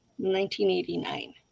1989